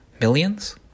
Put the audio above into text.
Millions